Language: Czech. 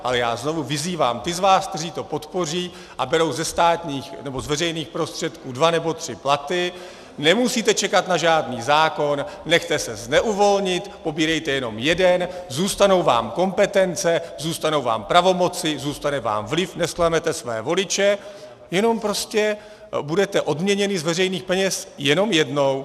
Ale já znovu vyzývám ty z vás, kteří to podpoří a berou ze státních nebo z veřejných prostředků dva nebo tři platy, nemusíte znovu čekat na žádný zákon, nechejte se zneuvolnit, pobírejte jenom jeden, zůstanou vám kompetence, zůstanou vám pravomoci, zůstane vám vliv, nezklamete své voliče, jenom prostě budete odměněni z veřejných peněz jenom jednou!